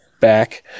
back